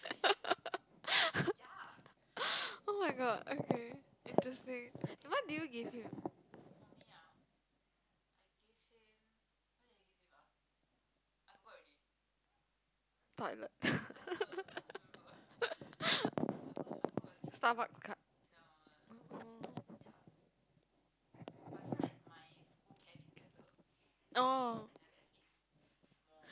oh-my-god okay interesting what did you give him starbucks card orh